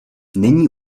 není